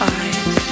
eyes